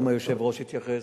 גם היושב-ראש התייחס,